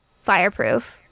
fireproof